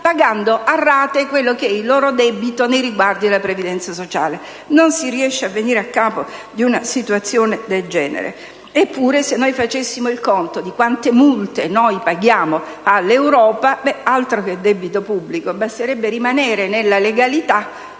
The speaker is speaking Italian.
pagando a rate il loro debito nei riguardi della previdenza sociale. Non si riesce a venire a capo di una situazione del genere. Eppure, se facessimo il conto di quante multe paghiamo all'Europa, altro che debito pubblico! Basterebbe rimanere nella legalità